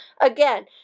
Again